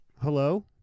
Hello